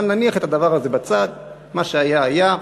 אבל נניח את הדבר הזה בצד, מה שהיה, היה.